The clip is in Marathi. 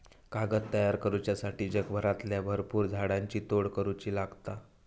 कागद तयार करुच्यासाठी जगभरातल्या भरपुर झाडांची तोड करुची लागता